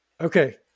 Okay